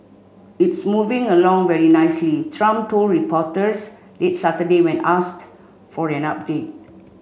it's moving along very nicely Trump told reporters late Saturday when asked for an update